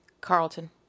Carlton